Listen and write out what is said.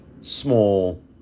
small